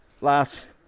Last